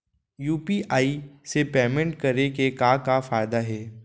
UPI से payment करे के का का फायदा हे?